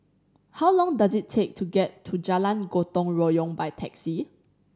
how long does it take to get to Jalan Gotong Royong by taxi